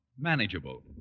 manageable